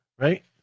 right